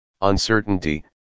uncertainty